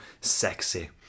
sexy